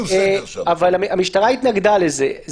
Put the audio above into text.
המשטרה התנגדה לזה.